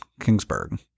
Kingsburg